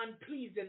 unpleasing